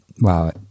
wow